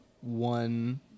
one